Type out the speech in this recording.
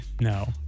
No